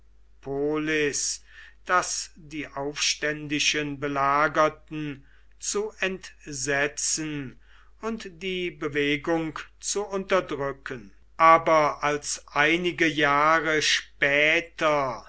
das die aufständischen belagerten zu entsetzen und die bewegung zu unterdrücken aber als einige jahre später